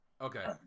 Okay